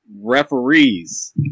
referees